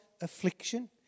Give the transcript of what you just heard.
affliction